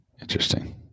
Interesting